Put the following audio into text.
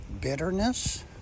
bitterness